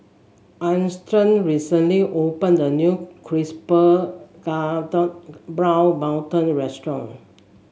Armstead recently opened a new crisper golden brown mantou restaurant